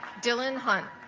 dylan hunt